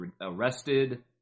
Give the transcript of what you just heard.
arrested